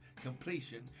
completion